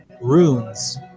Runes